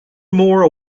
more